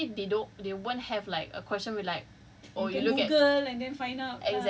then they know you have all these resources then obviously they don't they won't have like a question be like